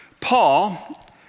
Paul